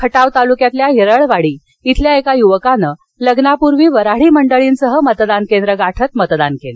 खटाव तालुक्यातील येरळवाडी इथल्या एका युवकानं लग्नापूर्वी वन्हाडी मंडळीसह मतदान केंद्र गाठत मतदान केलं